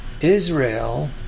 Israel